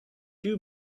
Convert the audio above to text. you